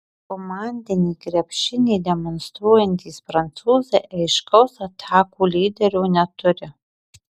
komandinį krepšinį demonstruojantys prancūzai aiškaus atakų lyderio neturi